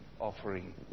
offering